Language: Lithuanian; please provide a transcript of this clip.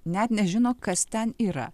net nežino kas ten yra